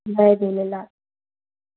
Jay Jhulelal